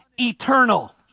eternal